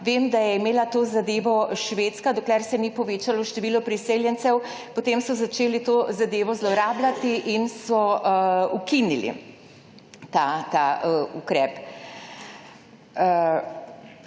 Vem, da je imela to zadevo Švedska dokler se ni povečalo število priseljencev, potem so začeli to zadevo zlorabljati in so ukinili ta ukrep.